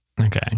okay